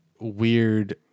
weird